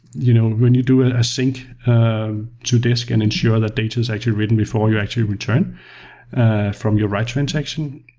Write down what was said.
you know when you do a ah sync to disc and ensure that data is actually written before you actually return from your write transaction,